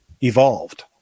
evolved